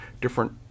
different –